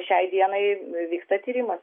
šiai dienai vyksta tyrimas